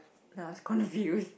and I was confused